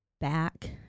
back